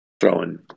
throwing